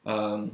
um